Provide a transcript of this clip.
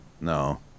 No